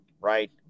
right